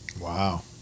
Wow